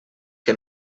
que